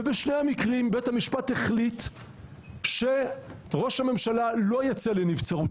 ובשני המקרים בית המשפט החליט שראש הממשלה לא ייצא לנבצרות,